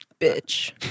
bitch